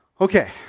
Okay